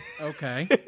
Okay